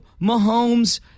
Mahomes